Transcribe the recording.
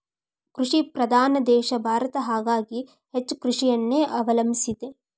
ಕೃಷಿ ಪ್ರಧಾನ ದೇಶ ಭಾರತ ಹಾಗಾಗಿ ಹೆಚ್ಚ ಕೃಷಿಯನ್ನೆ ಅವಲಂಬಿಸಿದೆ